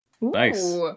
Nice